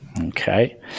Okay